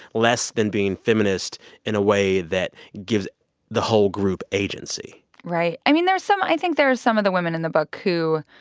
less than being feminist in a way that gives the whole group agency right. i mean, there are some i think there some of the women in the book who.